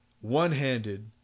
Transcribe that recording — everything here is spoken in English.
one-handed